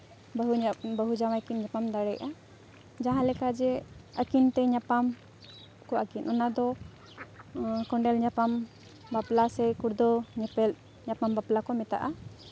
ᱵᱟᱹᱦᱩ ᱧᱚᱜ ᱵᱟᱹᱦᱩ ᱡᱟᱶᱟᱭ ᱠᱤᱱ ᱧᱟᱯᱟᱢ ᱫᱟᱲᱮᱭᱟᱜᱼᱟ ᱡᱟᱦᱟᱸ ᱞᱮᱠᱟ ᱡᱮ ᱟᱹᱠᱤᱱ ᱛᱮ ᱧᱟᱯᱟᱢ ᱟᱹᱠᱤᱱ ᱚᱱᱟᱫᱚ ᱠᱳᱸᱰᱮᱞ ᱧᱟᱯᱟᱢ ᱵᱟᱯᱞᱟ ᱥᱮ ᱫᱚ ᱧᱮᱯᱮᱞ ᱧᱟᱯᱟᱢ ᱵᱟᱯᱞᱟ ᱠᱚ ᱢᱮᱛᱟᱫᱼᱟ